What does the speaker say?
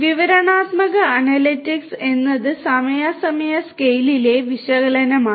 വിവരണാത്മക അനലിറ്റിക്സ് എന്നത് സമയ സമയ സ്കെയിലിലെ വിശകലനമാണ്